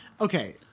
okay